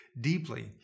deeply